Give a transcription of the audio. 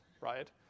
right